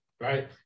right